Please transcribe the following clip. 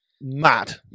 mad